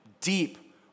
deep